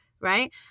Right